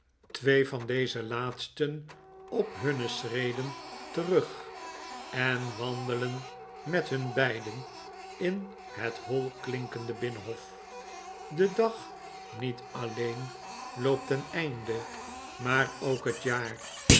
twee van deze laatsten op hunne schreden terug en wandelen met hun beiden in het hoi klinkende binnenhof de dag niet alleen loopt ten einde maar ook het jaar